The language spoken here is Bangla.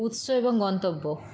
উৎস এবং গন্তব্য